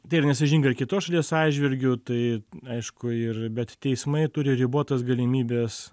tai yra nesąžininga ir kitos šalies atžvilgiu tai aišku ir bet teismai turi ribotas galimybes